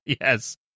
Yes